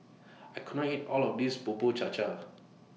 I can't eat All of This Bubur Cha Cha